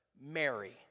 Mary